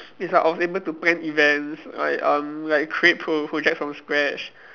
it's like I was able to plan events like um like create pro~ projects from scratch